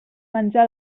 menjar